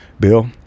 Bill